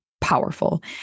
powerful